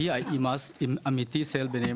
שמעתי דברים